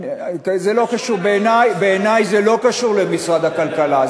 בעיני זה לא קשור למשרד הכלכלה,